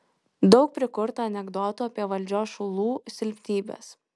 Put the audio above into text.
daug prikurta anekdotų apie valdžios šulų silpnybes